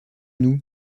nous